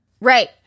Right